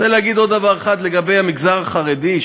אני רוצה להגיד עוד דבר אחד לגבי המגזר החרדי.